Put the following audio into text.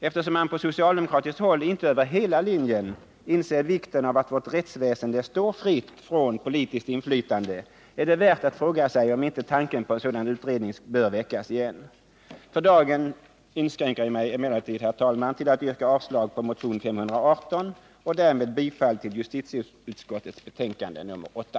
Eftersom man på socialdemokratiskt håll inte över hela linjen inser vikten av att vårt rättsväsende står fritt från politiskt inflytande, är det värt att fråga sig om inte tanken på en sådan utredning bör väckas igen. För dagen inskränker jag mig emellertid, herr talman, till att yrka avslag på motionen 518 och därmed bifall till justitieutskottets hemställan i betänkandet nr 8.